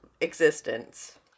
existence